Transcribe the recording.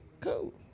Cool